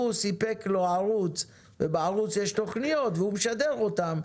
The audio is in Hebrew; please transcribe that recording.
הוא סיפק לו ערוץ ובערוץ יש תוכניות והוא משדר אותן,